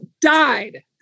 died